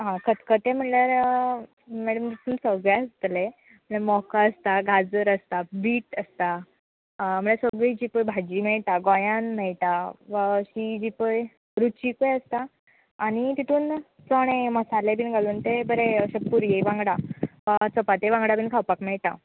हय खतखतें म्हणल्यार मॅडम तितून सगलें आसतलें म्हळ्यार मको आसता गाजर आसता बीट आसता म्हणल्या जी पळय सगली भाजी मेळटा गोंयांन मेळटा वा अशी जी पळय अशी रुचिकय आसता आनी तितून चणे मसाले बी घालून ते अशें बरें पुरये वांगडा वा चपाते वांगडा बी खावपाक मेळटा